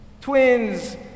Twins